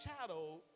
shadow